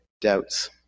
doubts